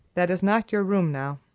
that is not your room now.